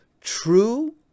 true